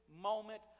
moment